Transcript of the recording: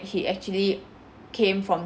he actually came from